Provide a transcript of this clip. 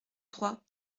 trois